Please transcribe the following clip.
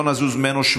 לא נזוז ממנו.